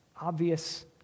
obvious